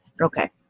Okay